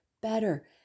better